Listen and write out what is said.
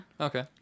Okay